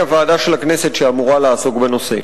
הוועדה של הכנסת שאמורה לעסוק בנושא.